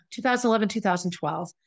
2011-2012